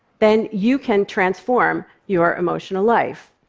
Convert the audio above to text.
then you can transform your emotional life.